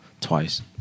twice